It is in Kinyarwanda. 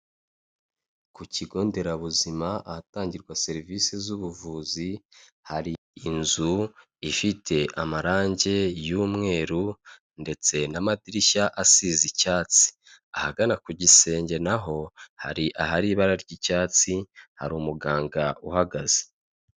Ku kigo nderabuzima ahatangirwa serivisi z'ubuvuzi hari inzu ifite amarangi y'umweru ndetse n'amadirishya asize icyatsi, ahagana ku gisenge naho hari ahari ibara ry'icyatsi hari umuganga uhagaze.